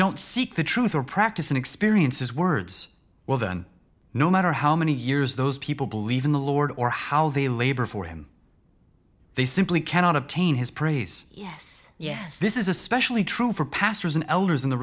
don't seek the truth or practice and experience his words well then no matter how many years those people believe in the lord or how they labor for him they simply cannot obtain his praise yes yes this is especially true for pastors and elders in the